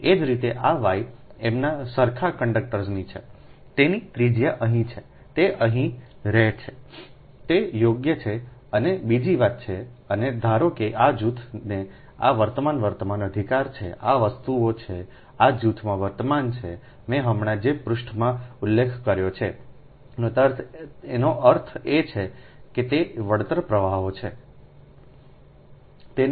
એ જ રીતે આ Y એમના સરખા કંડક્ટર્સની છે તેની ત્રિજ્યા અહીં છે તે અહીં રે છે તે યોગ્ય છે અને બીજી વાત છે અને ધારો કે આ જૂથને આ વર્તમાન વર્તમાન અધિકાર છે આ વસ્તુઓ છે આ જૂથમાં વર્તમાન છે મેં હમણાં જ પૃષ્ઠમાં ઉલ્લેખ કર્યો છે અને તેનો અર્થ એ છે કે વળતર પ્રવાહો છે આઇ